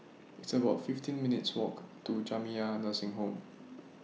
It's about fifteen minutes' Walk to Jamiyah Nursing Home